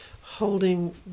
holding